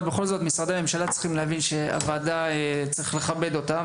ובכל זאת משרדי הממשלה צריכים להבין שצריך לכבד את הוועדה,